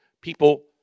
people